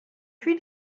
huile